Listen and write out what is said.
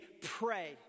pray